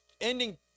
ending